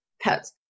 pets